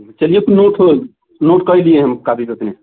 चलिए फिर वो तो नोट कर लिए हैं हम कापी पर अपने